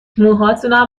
موهاتونم